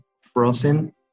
frozen